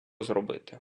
зробити